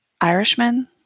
Irishmen